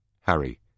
Harry